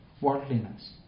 worldliness